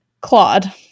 Claude